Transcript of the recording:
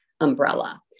umbrella